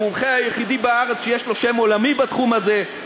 המומחה היחיד בארץ שיש לו שם עולמי בתחום הזה.